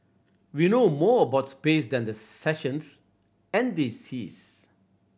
we know more about space than the sessions and the seas